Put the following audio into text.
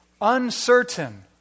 uncertain